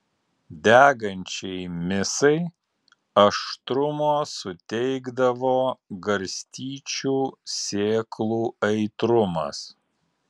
degančiai misai aštrumo suteikdavo garstyčių sėklų aitrumas